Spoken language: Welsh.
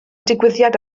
digwyddiad